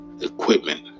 equipment